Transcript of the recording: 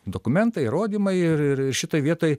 dokumentai įrodymai ir ir ir šitoj vietoj